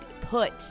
put